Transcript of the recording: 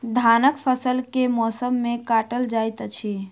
धानक फसल केँ मौसम मे काटल जाइत अछि?